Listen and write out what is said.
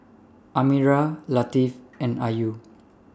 Amirah Latif and Ayu